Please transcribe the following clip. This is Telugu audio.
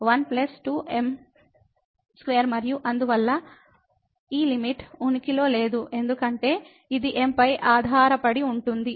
m12m2 మరియు అందువల్ల ఈ లిమిట్ ఉనికిలో లేదు ఎందుకంటే ఇది m పై ఆధారపడి ఉంటుంది